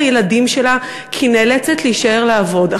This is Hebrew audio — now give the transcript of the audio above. הילדים שלה כי היא נאלצת להישאר לעבוד,